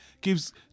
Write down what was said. gives